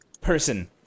person